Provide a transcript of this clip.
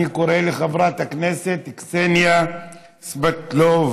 אני קורא לחברת הכנסת קסניה סבטלובה,